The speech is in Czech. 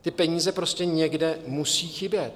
Ty peníze prostě někde musí chybět.